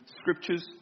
scriptures